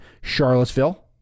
Charlottesville